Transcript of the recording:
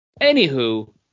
Anywho